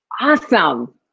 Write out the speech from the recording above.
Awesome